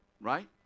Right